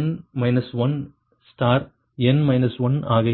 n 1 ஆக இருக்கும்